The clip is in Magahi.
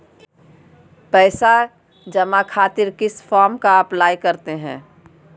पैसा जमा खातिर किस फॉर्म का अप्लाई करते हैं?